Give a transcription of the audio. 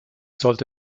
sollte